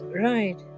right